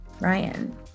Ryan